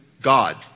God